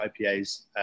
IPAs